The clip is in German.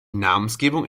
namensgebung